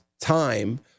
time